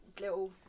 little